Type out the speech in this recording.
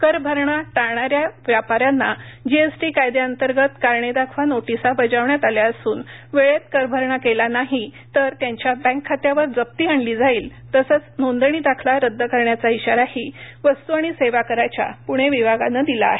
करभरणा टाळणा या या व्यापा याना जीएसटी कायद्याअंतर्गत कारणे दाखवा नोटीसा बजावण्यात आली असून वेळेत कर भरणा नाही केलातर त्यांच्या बैंक खात्यावर जप्ती आणली जाईल तसंच नोंदणी दाखला रद्द करण्याचा इशाराही वस्तू आणिसेवाकराच्यापूणे विभागाने दिला आहे